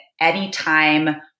anytime